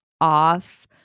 off